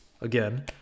again